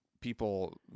People